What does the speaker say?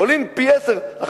הם פי-עשרה,